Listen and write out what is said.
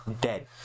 dead